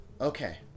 Okay